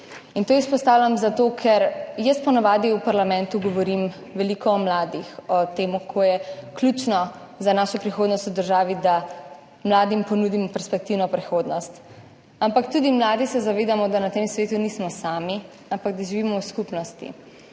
In to izpostavljam zato, ker jaz po navadi v parlamentu govorim veliko o mladih, o tem, kako je ključno za našo prihodnost v državi, da mladim ponudimo perspektivno prihodnost, ampak tudi mladi se zavedamo, da na tem svetu nismo sami, ampak da živimo v skupnosti